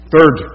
Third